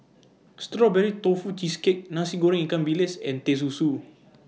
Strawberry Tofu Cheesecake Nasi Goreng Ikan Bilis and Teh Susu